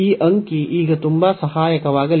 ಈ ಅಂಕಿ ಈಗ ತುಂಬಾ ಸಹಾಯಕವಾಗಲಿದೆ